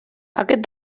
aquest